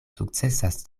sukcesas